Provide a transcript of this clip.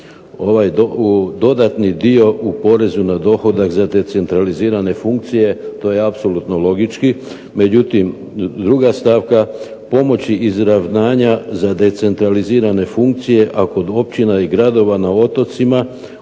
0,5%. Dodatni dio u porezu na dohodak za te centralizirane funkcije to je apsolutno logički, međutim druga stavka pomoći i izravnanja za decentralizirane funkcije, a kod općina i gradova na otocima